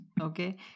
Okay